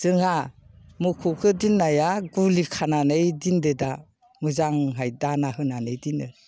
जोंहा मोसौखौ दोननाया गलि खानानै दोनदों दा मोजाङै दाना होनानै दोनो